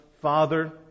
Father